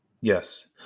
Yes